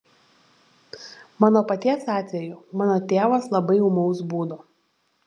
mano paties atveju mano tėvas labai ūmaus būdo